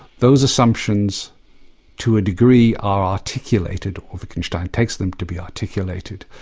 those assumptions to a degree, are articulated, or wittgenstein takes them to be articulated,